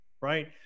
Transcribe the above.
right